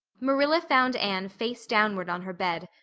marilla found anne face downward on her bed,